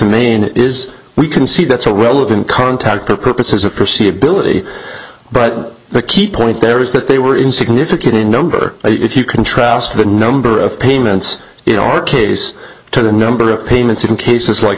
maine is we can see that's a relevant contact for purposes of prosy ability but the key point there is that they were insignificant in number if you contrast the number of payments in our case to the number of payments in cases like